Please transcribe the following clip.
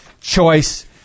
choice